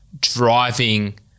driving